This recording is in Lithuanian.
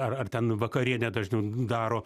ar ar ten vakarienę dažniau daro